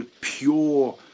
pure